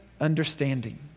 understanding